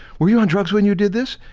were you on drugs when you did this?